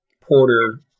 Porter